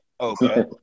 Okay